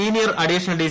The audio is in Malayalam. senior additional D